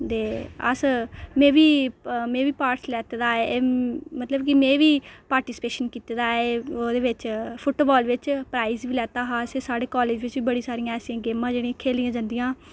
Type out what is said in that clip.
दे अस में बी में बी पार्ट लैते दा ऐ मतलब कि में बी पार्टिसिपेशन कीते दा ऐ ओह्दे बिच फुटबाल बिच प्राइस बी लैता हा असें साढे कालेज बिच बी बड़ियां सारियां ऐसियां गेमां जेहड़ियां खेढियां जंदियां